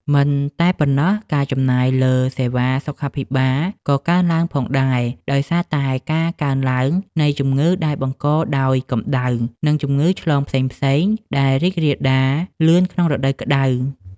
មិនតែប៉ុណ្ណោះ ការចំណាយលើសេវាសុខាភិបាលក៏កើនឡើងផងដែរ ដោយសារតែការកើនឡើងនៃជំងឺដែលបង្កដោយកម្ដៅ និងជំងឺឆ្លងផ្សេងៗដែលរីករាលដាលលឿនក្នុងរដូវក្ដៅ។